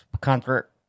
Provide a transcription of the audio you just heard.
concert